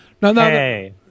Hey